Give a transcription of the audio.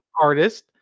Artist